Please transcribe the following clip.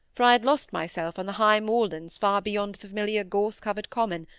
for i had lost myself on the high moorlands far beyond the familiar gorse-covered common,